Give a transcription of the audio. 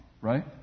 Right